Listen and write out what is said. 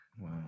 Wow